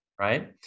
right